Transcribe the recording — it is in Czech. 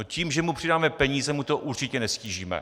No, tím, že mu přidáme peníze, mu to určitě neztížíme.